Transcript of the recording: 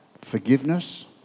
forgiveness